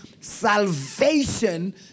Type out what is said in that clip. salvation